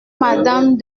madame